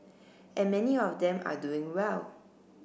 and many of them are doing well